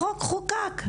החוק חוקק,